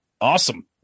Awesome